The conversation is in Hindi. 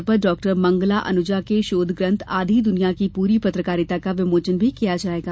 इस अवसर पर डॉक्टर मंगला अनुजा के शोधग्रंथ आधी दुनिया की पूरी पत्रकारिता का विमोचन भी किया जायेगा